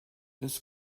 this